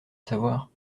savoir